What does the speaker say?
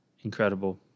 Incredible